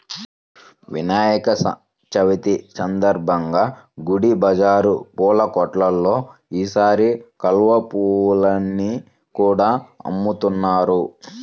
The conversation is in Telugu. వినాయక చవితి సందర్భంగా గుడి బజారు పూల కొట్టుల్లో ఈసారి కలువ పువ్వుల్ని కూడా అమ్ముతున్నారు